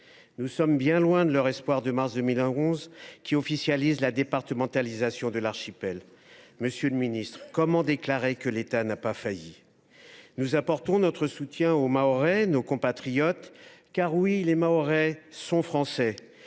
Nous sommes bien loin de l’espoir de mars 2011, quand la départementalisation de l’archipel devint effective. Monsieur le ministre, comment déclarer que l’État n’a pas failli ? Nous apportons notre soutien aux Mahorais, nos compatriotes, car oui, les Mahorais sont français !